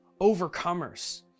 overcomers